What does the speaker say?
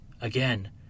Again